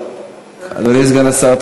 אדוני סגן השר,